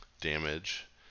Damage